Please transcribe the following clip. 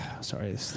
sorry